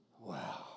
wow